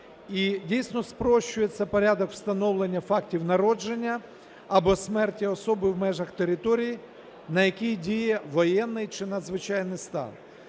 дійсно спрощується порядок встановлення фактів народження або смерті особи в межах території, на якій діє воєнний чи надзвичайний стан.